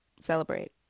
celebrate